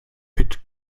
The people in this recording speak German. pit